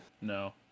No